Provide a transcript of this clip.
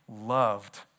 loved